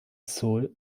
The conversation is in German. seoul